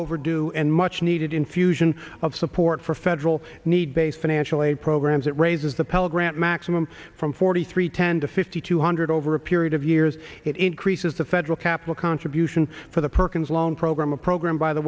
overdue and much needed infusion of support for federal need based financial aid programs that raises the pell grant maximum from forty three ten to fifty two hundred over a period of years it increases the federal capital contribution for the perkins loan program a program by the